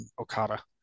Okada